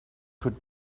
could